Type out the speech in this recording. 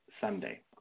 Sunday